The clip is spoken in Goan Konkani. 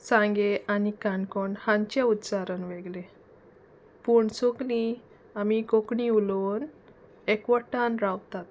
सांगें आनी काणकोण हांचें उच्चारण वेगळें पूण सगलीं आमी कोंकणी उलोवन एकवटान रावतात